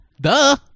Duh